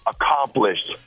accomplished